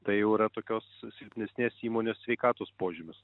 tai jau yra tokios silpnesnės įmonės sveikatos požymis